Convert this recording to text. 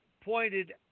Pointed